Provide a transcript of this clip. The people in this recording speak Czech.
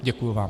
Děkuji vám.